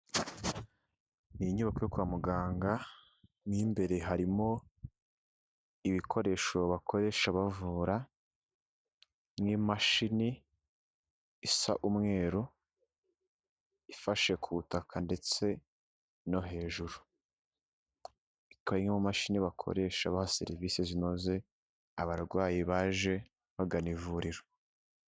Ni inyubako yo kwa muganga mo imbere harimo ibikoresho bakoresha bavura, n'imashini isa umweru ifashe ku butaka ndetse no hejuru, ikaba ari imashini bakoresha bah serivisi zinoze, abarwayi baje bagana ivuriro.